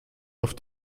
auf